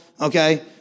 okay